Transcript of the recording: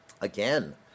Again